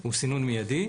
הוא סינון מיידי.